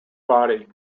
body